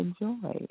enjoy